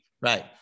Right